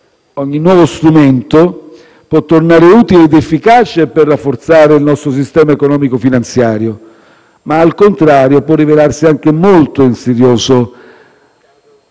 ogni nuovo strumento può tornare utile ed efficace per rafforzare il nostro sistema economico-finanziario, ma, al contrario, può rivelarsi anche molto insidioso,